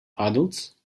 adults